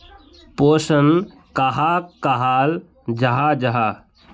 पोषण कहाक कहाल जाहा जाहा?